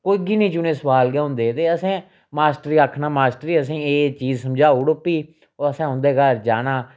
कोई गिने चुने सुआल गै होंदे हे ते असें मास्टर गी आखना मास्टर जी असें गी एह् एह् चीज़ समझाई उड़ी फ्ही असें उं'दे घर जाना